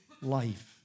life